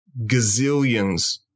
gazillions